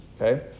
Okay